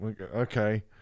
okay